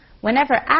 Whenever